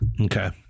Okay